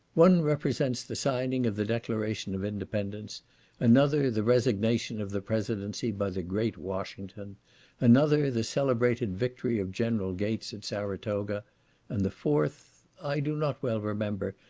one represents the signing of the declaration of independence another the resignation of the presidency by the great washington another the celebrated victory of general gates at saratoga and the fourth. i do not well remember,